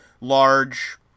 large